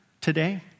today